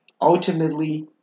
ultimately